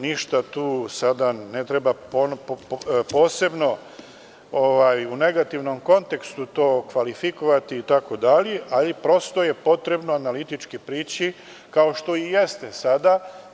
Ništa tu sada ne treba posebno u negativnom kontekstu kvalifikovati itd, ali prosto je potrebno analitički prići, kao što i jeste sada.